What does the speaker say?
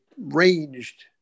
ranged